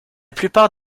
plupart